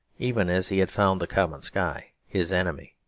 even as he had found the common sky, his enemy.